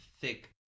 thick